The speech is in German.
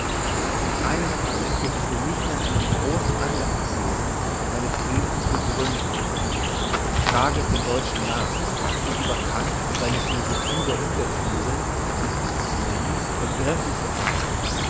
in einem falle wird es mir nicht an einem grossen anlasse fehlen meine these zu begründen ich trage es den deutschen nach sich über kant und seine philosophie der hinterthüren wie ich sie nenne vergriffen zu haben